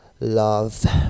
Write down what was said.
love